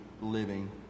living